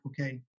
okay